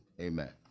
Amen